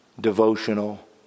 devotional